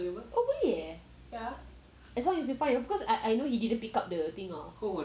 oh boleh eh as long as you find your because I I know he didn't pick up the thing ah